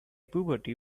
puberty